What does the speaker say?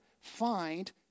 find